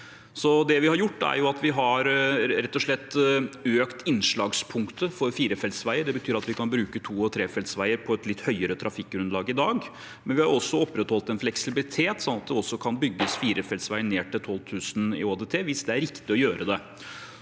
å øke innslagspunktet for firefelts veier. Det betyr at vi kan bruke to- og trefelts veier på et litt høyere trafikkgrunnlag i dag, men vi har også opprettholdt en fleksibilitet sånn at man kan bygge firefelts veier ned til 12 000 i ÅDT, hvis det er riktig å gjøre det.